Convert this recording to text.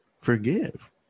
Forgive